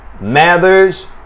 Mathers